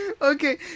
Okay